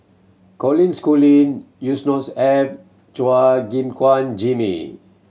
Colin Schooling Yusnor's Ef Chua Gim Guan Jimmy